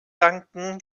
danken